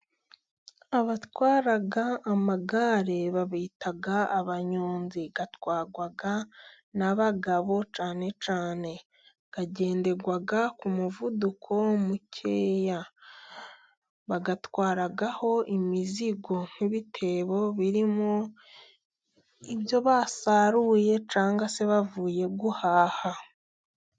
Abatwara amagare babita abanyonzi atwarwa n'abagabo cyane cyane. Agendera ku muvuduko mukeya. Bayatwaraho imizigo nk'ibitebo birimo ibyo basaruye, cyangwa se bavuye guhaha.